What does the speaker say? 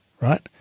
right